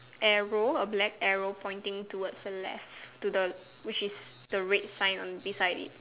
arrow a black arrow pointing towards the left to the which is the red sign on beside it